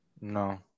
No